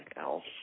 else